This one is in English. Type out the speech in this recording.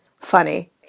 funny